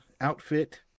outfit